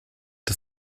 des